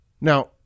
now